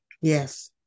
Yes